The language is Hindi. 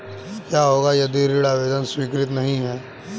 क्या होगा यदि ऋण आवेदन स्वीकृत नहीं है?